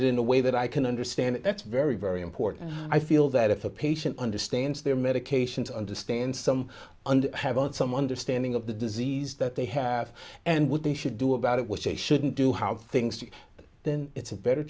it in a way that i can understand that's very very important i feel that if a patient understands their medications understand some and have on some understanding of the disease that they have and what they should do about it which they shouldn't do how things are then it's a better